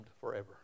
forever